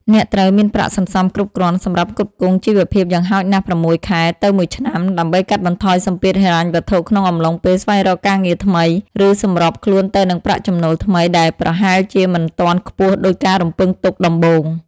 អ្នកត្រូវមានប្រាក់សន្សំគ្រប់គ្រាន់សម្រាប់ផ្គត់ផ្គង់ជីវភាពយ៉ាងហោចណាស់ ៦ ខែទៅ ១ ឆ្នាំ ដើម្បីកាត់បន្ថយសម្ពាធហិរញ្ញវត្ថុក្នុងអំឡុងពេលស្វែងរកការងារថ្មី ឬសម្របខ្លួនទៅនឹងប្រាក់ចំណូលថ្មីដែលប្រហែលជាមិនទាន់ខ្ពស់ដូចការរំពឹងទុកដំបូង។